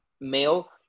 male